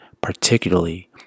particularly